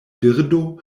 birdo